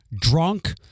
drunk